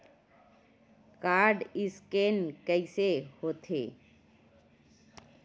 Code scan कइसे होथे?